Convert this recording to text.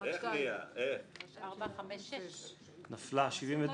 6 נמנעים,